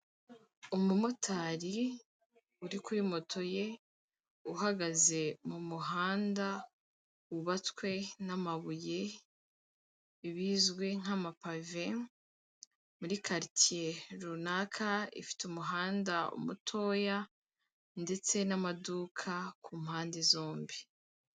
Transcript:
Umumotari uri kuri moto ye, uhagaze mu muhanda wubatswe n'amabuye ibizwi nk'amapave, muri karitsiye runaka ifite umuhanda mutoya ndetse n'amaduka ku mpande zombi.